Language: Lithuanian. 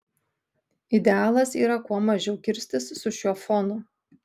idealas yra kuo mažiau kirstis su šiuo fonu